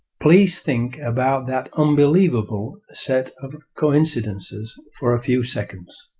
please think about that unbelievable set of coincidences for a few seconds,